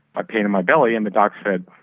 ah pain in my belly and the doctor said,